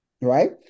Right